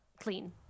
clean